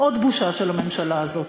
עוד בושה של הממשלה הזאת.